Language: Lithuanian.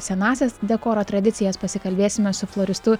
senąsias dekoro tradicijas pasikalbėsime su floristu